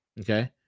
okay